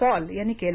Paul यांनी केलं